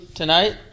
tonight